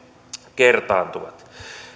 kertaantuvat